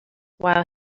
while